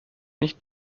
nicht